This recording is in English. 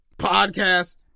podcast